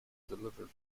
deliver